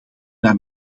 naar